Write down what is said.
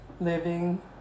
living